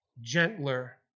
gentler